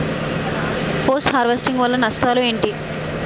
Post harvesting వల్ల నష్టాలు ఏంటి?